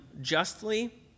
justly